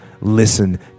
listen